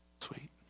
Sweet